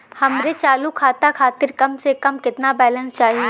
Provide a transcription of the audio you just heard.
हमरे चालू खाता खातिर कम से कम केतना बैलैंस चाही?